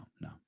no